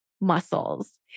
muscles